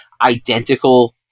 identical